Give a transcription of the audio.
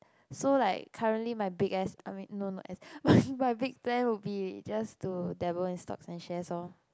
so like currently my big ass I mean no no ass my big plan would be just to dabble in stocks and shares orh